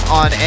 on